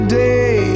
day